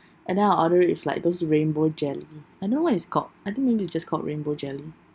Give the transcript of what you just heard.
and then I'll order it's like those rainbow jelly I don't know what it's called I think maybe it's just called rainbow jelly